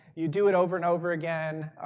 you do it over and over again.